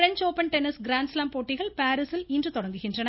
French open tennis grand slam போட்டிகள் பாரீசில் இன்று தொடங்குகின்றன